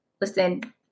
listen